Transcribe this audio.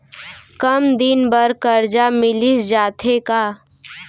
कम दिन बर करजा मिलिस जाथे का?